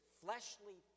fleshly